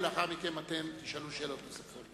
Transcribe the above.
ולאחר מכן אתם תשאלו שאלות נוספות.